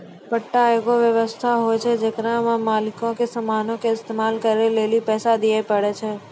पट्टा एगो व्य्वस्था होय छै जेकरा मे मालिको के समानो के इस्तेमाल करै लेली पैसा दिये पड़ै छै